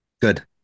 Good